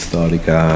Storica